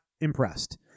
impressed